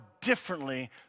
differently